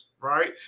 right